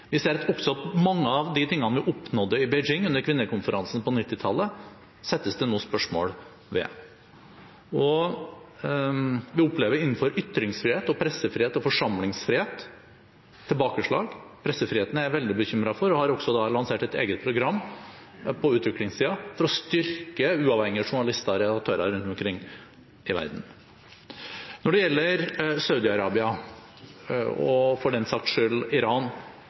Vi ser også at mange av de tingene vi oppnådde i Beijing under kvinnekonferansen på 1990-tallet, settes det nå spørsmålstegn ved. Vi opplever tilbakeslag innenfor ytringsfrihet, pressefrihet og forsamlingsfrihet. Pressefriheten er jeg veldig bekymret for, og jeg har også lansert et eget program på utviklingssiden for å styrke uavhengige journalister og redaktører rundt omkring i verden. Når det gjelder Saudi-Arabia og for den saks skyld Iran,